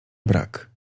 brak